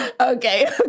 okay